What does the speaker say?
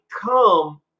come